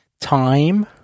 time